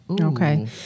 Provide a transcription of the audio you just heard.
Okay